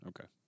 Okay